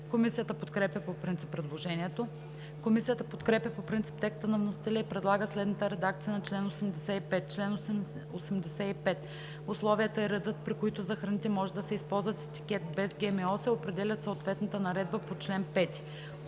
Комисията подкрепя по принцип предложението. Комисията подкрепя по принцип текста на вносителя и предлага следната редакция на чл. 85: „Чл. 85. Условията и редът, при които за храните може да се използва етикет „Без ГМО“, се определят в съответната наредба по чл. 5.“